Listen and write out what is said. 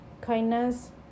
Kindness